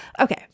Okay